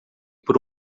por